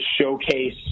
showcase